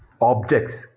objects